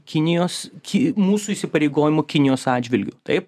kinijos ki mūsų įsipareigojimų kinijos atžvilgiu taip